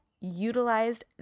utilized